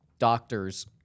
doctors